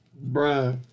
bro